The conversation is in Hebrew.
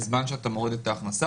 בזמן שאתה מוריד את ההכנסה.